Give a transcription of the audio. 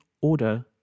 order